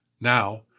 Now